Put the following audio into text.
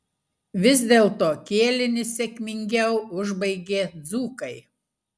vis dėlto kėlinį sėkmingiau užbaigė dzūkai